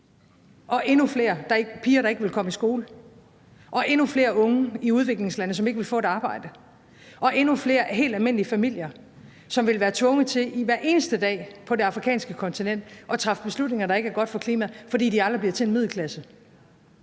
endnu flere piger, der ikke vil komme i skole, og der vil være endnu flere unge i udviklingslandene, som ikke vil få et arbejde, og der vil være endnu flere helt almindelige familier på det afrikanske kontinent, som hver eneste dag vil være tvunget til at træffe beslutninger, der ikke er gode for klimaet, fordi de aldrig bliver en del af en middelklasse.